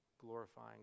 glorifying